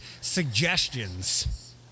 suggestions